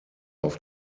auf